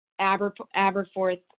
Aberforth